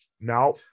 Now